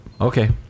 Okay